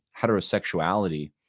heterosexuality